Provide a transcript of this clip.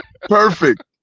Perfect